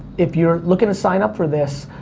if you're looking to sign up for this,